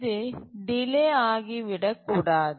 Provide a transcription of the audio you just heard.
இது டிலே ஆகிவிடக் கூடாது